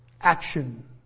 action